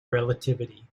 relativity